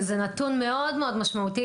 זה נתון מאוד-מאוד משמעותי.